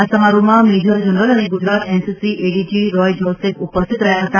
આ સમારોહમાં major general અને ગુજરાત એનસીસી એડીજી રોય જોસેફ ઉપસ્થિત રહ્યા હતા